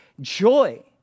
joy